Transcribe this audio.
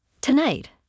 Tonight